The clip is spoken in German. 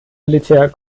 militär